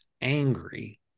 angry